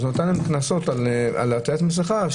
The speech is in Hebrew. אז הוא נתן להם קנסות על עטיית מסכה.